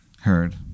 Heard